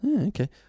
Okay